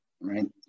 right